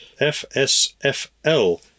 FSFL